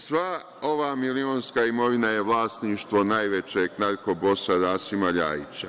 Sva ova milionska imovina je vlasništvo najvećeg narkobosa Rasima Ljajića.